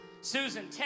Susan